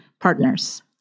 partners